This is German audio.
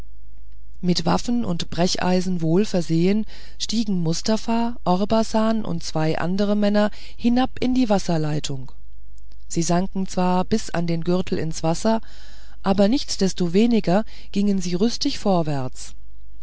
mit waffen und brecheisen wohl versehen stiegen mustafa orbasan und zwei andere männer hinab in die wasserleitung sie sanken zwar bis an den gürtel ins wasser aber nichtsdestoweniger gingen sie rüstig vorwärts